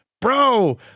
Bro